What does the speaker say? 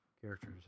characters